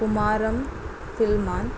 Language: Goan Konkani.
कुमारम फिल्मान